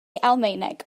almaeneg